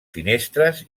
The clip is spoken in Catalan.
finestres